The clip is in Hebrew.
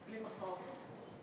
בלי הפרעות.